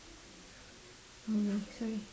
oh no sorry